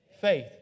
Faith